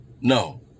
no